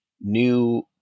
new